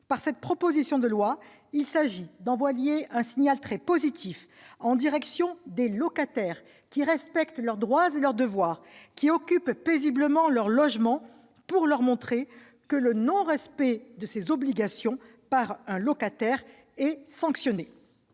Par cette proposition de loi, il s'agit d'envoyer un signal positif en direction des locataires qui respectent leurs droits et leurs devoirs et occupent paisiblement leur logement, en leur montrant que le non-respect de ses obligations par un locataire est sanctionné.